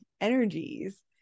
energies